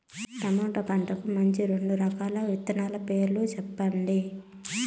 tomato పంటకు మంచి రెండు రకాల విత్తనాల పేర్లు సెప్పండి